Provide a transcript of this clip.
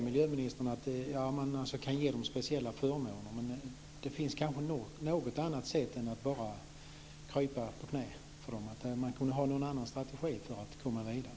Miljöministern säger att man kan ge speciella förmåner, men det finns kanske något annat sätt än att bara komma krypande på knä för dem. Kunde man ha någon annan strategi för att komma vidare?